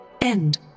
End